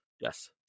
Yes